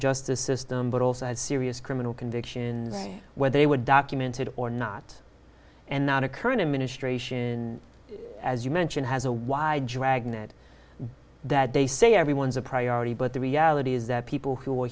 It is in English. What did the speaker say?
justice system but also had serious criminal conviction in where they were documented or not and not a current administration as you mentioned has a wide dragnet that they say everyone's a priority but the reality is that people who are